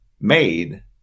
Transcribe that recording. made